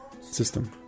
system